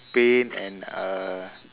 spain and uh